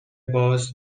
باز